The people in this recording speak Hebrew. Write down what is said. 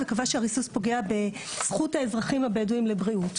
וקבע שהריסוס פוגע בזכות האזרחים הבדואים לבריאות,